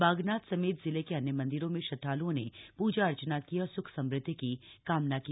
बागनाथ समेत जिले के अन्य मंदिर में श्रद्धाल्ओं ने पूजा अर्चना की और स्ख समृद्धि की कामना की